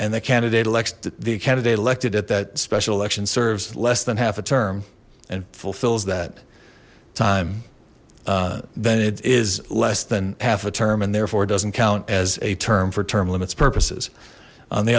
and the candidate elects the candidate elected at that special election serves less than half a term and fulfills that time then it is less than half a term and therefore it doesn't count as a term for term limits purposes on the